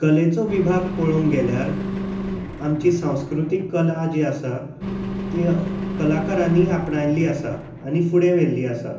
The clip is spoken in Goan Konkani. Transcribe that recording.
कलेचो विभाग पळोवंक गेल्यार आमची सांस्कृतीक कला जी आसा ती कलाकारांनी आपणायल्ली आसा आनी फुडें व्हेल्ली आसा